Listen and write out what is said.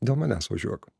dėl manęs važiuok